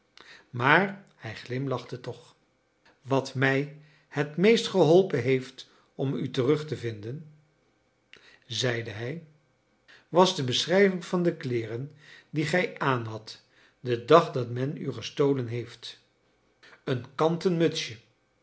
maar hij glimlachte toch wat mij het meest geholpen heeft om u terug te vinden zeide hij was de beschrijving van de kleeren die gij aanhadt den dag dat men u gestolen heeft een kanten mutsje